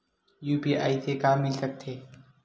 UPI से का मिल सकत हे?